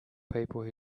people